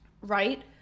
Right